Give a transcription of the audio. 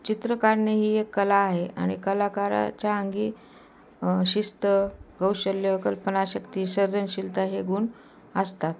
चित्र काढणे ही एक कला आहे आणि कलाकाराच्या अंगी शिस्त कौशल्य कल्पनाशक्ती सर्जनशीलता हे गुण असतात